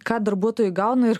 ką darbuotojai gauna ir